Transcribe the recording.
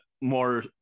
more